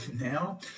now